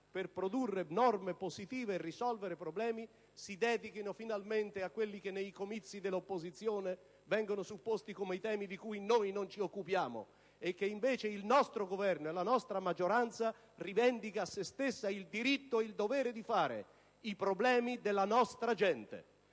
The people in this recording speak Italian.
per produrre norme positive e risolvere problemi, di dedicarsi finalmente a quelli che nei comizi dell'opposizione vengono supposti come temi di cui noi non ci occupiamo e che invece il nostro Governo e la nostra maggioranza rivendicano come un proprio diritto e dovere, vale a dire i problemi dei cittadini